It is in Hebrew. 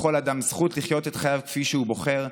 לכל אדם זכות לחיות את חייו כפי שהוא בוחר,